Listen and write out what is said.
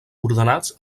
ordenats